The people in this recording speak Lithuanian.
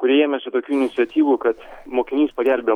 kurie ėmėsi tokių iniciatyvų kad mokinys pagelbėja